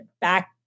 back